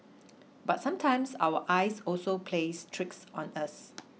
but sometimes our eyes also plays tricks on us